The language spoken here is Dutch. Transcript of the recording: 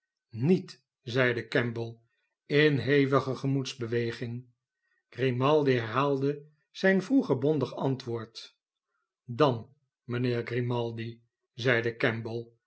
niet zeide kemble in hevige gemoedsbeweging grimaldi herhaalde zijn vroeger bondig antwoord dan mijnheer grimaldi zeide